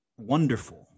wonderful